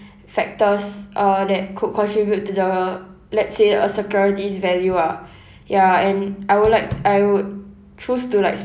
factors uh that could contribute to the let's say a security's value ah ya and I would like I would choose to like